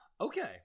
okay